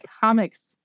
comics